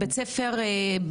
לאפשר להם להיות חלק מאיתנו,